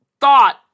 thought